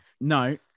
No